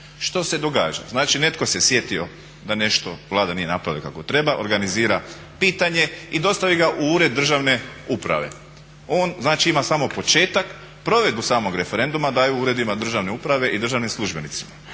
Što se događa, znači netko se sjetio da nešto Vlada nije napravila kako treba, organizira pitanje i dostavi ga u ured državne uprave. On znači ima samo početak, provedbu samog referenduma daju uredima državne uprave i državnim službenicima.